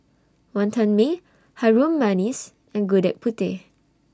Wonton Mee Harum Manis and Gudeg Putih